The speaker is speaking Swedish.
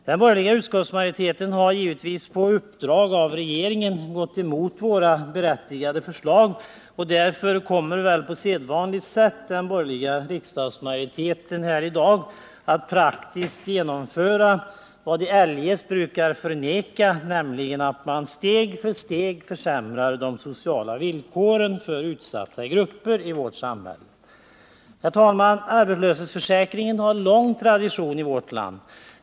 Den borgerliga utskottsmajoriteten har givetvis på uppdrag av regeringen gått emot våra berättigade förslag. På sedvanligt sätt kommer väl den borgerliga riksdagsmajoriteten i dag att praktiskt genomföra vad som eljest brukar förnekas, nämligen att de sociala villkoren för de utsatta grupperna i samhället steg för steg försämras. Herr talman! Arbetslöshetsförsäkringen har en tradition i vårt land.